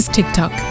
TikTok